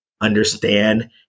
understand